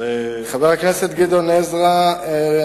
י"ז בחשוון התש"ע (4 בנובמבר 2009):